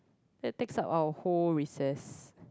that takes up our whole recess